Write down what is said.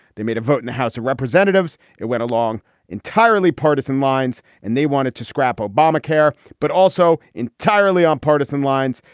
they made a vote in the house of representatives. it went along entirely partisan lines and they wanted to scrap obamacare but also entirely on partisan lines.